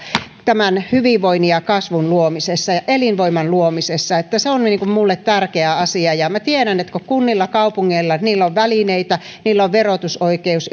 tämän hyvinvoinnin ja kasvun luomisessa ja elinvoiman luomisessa se on minulle tärkeä asia minä tiedän että kun kunnilla ja kaupungeilla on välineitä niillä on verotusoikeus